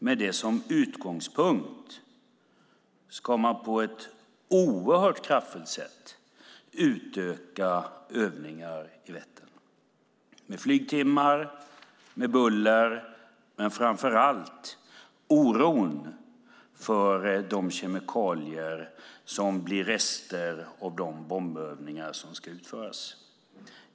Med det som utgångspunkt ska man på ett oerhört kraftfullt sätt utöka övningar på Vättern med flygtimmar, buller men framför allt oro för de kemikalier som blir rester av de bombövningar som ska utföras.